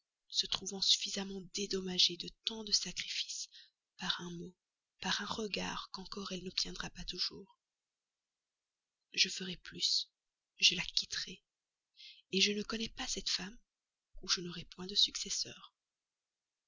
se trouvant suffisamment dédommagée de tant de sacrifices par un mot par un regard qu'encore elle n'obtiendra pas toujours je ferai plus je la quitterai je ne connais pas cette femme ou je n'aurai point de successeur